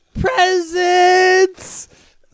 presents